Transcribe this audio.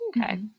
Okay